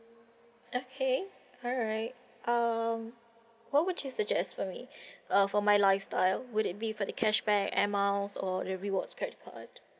okay alright um what would you suggest for me uh for my lifestyle would it be for the cashback air miles or the rewards credit card